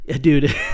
Dude